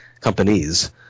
companies